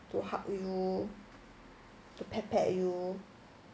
to hug you to pet pet you